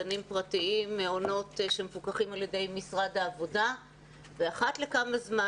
בגנים פרטיים במעונות שמפוקחים על ידי משרד העבודה ואחת לזמן